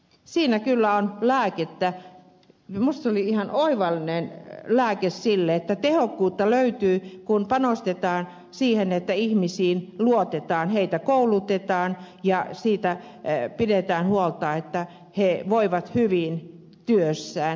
siinä kyllä on lääkettä minusta se oli ihan oivallinen lääke siinä mielessä että tehokkuutta löytyy kun panostetaan siihen että ihmisiin luotetaan heitä koulutetaan ja siitä pidetään huolta että he voivat hyvin työssään